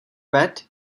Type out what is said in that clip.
bet